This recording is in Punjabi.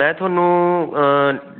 ਮੈਂ ਤੁਹਾਨੂੰ